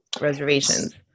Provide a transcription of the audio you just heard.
reservations